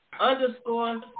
Underscore